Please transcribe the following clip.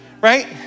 right